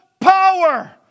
power